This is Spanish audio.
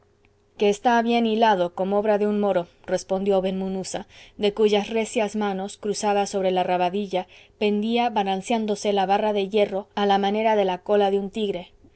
que está bien hilado como obra de un moro respondió ben munuza de cuyas recias manos cruzadas sobre la rabadilla pendía balanceándose la barra de hierro a la manera de la cola de un tigre